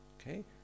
Okay